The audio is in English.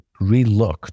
relook